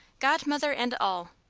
godmother and all.